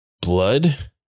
blood